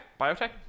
biotech